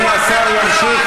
אדוני השר ימשיך.